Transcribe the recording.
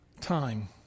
time